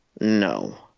No